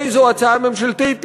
איזו הוצאה ממשלתית?